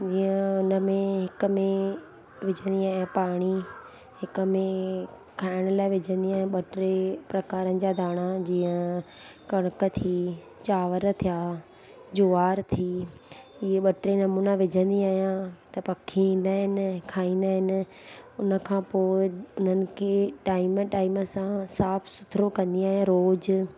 जीअं हुनमें हिक में विझंदी आहियां पाणी हिक में खाइण लाइ विझंदी आहियां ॿ टे प्रकारनि जा धाणा जीअं कंणक थी चांवर थिआ जुआर थी इहे ॿ टे नमूना विझंदी आहियां त पखी ईंदा आहिनि खाईंदा आहिनि हुनखां पोइ उन्हनि खे टाइम टाइम सां साफ़ सुथरो कंदी आहियां रोज